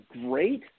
great